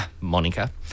Monica